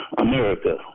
America